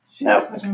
No